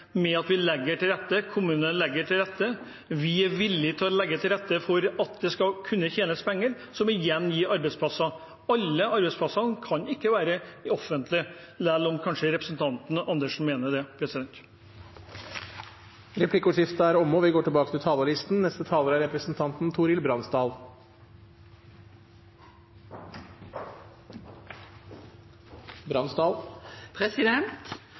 at vi legger til rette, og at kommunene legger til rette. Vi er villige til å legge til rette for at det skal kunne tjenes penger, som igjen gir arbeidsplasser. Alle arbeidsplassene kan ikke være i det offentlige, selv om representanten Andersen kanskje mener det. Replikkordskiftet er omme.